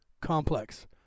complex